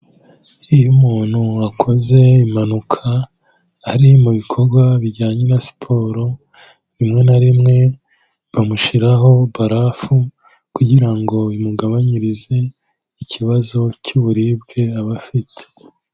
Iyo umuntu wakoze impanuka ari mu bikorwa bijyanye na siporo, rimwe na rimwe bamushyiraho barafu kugira ngo bimugabanyirize ikibazo cy'uburibwe aba afite.